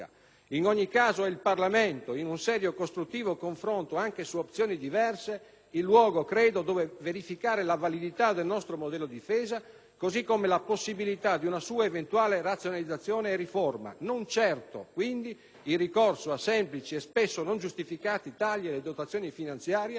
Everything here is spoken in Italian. In ogni caso è il Parlamento, in un serio e costruttivo confronto, anche su opzioni diverse, il luogo in cui verificare - credo - la validità del nostro modello di difesa, così come la possibilità di una sua eventuale razionalizzazione e riforma, e non certo, quindi, il ricorso a semplici e spesso non giustificati tagli alle dotazioni finanziarie